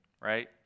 right